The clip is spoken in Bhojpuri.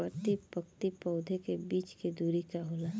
प्रति पंक्ति पौधे के बीच के दुरी का होला?